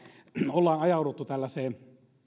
ollaan ajauduttu tällaiseen